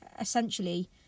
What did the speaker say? essentially